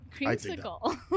Creamsicle